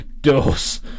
dose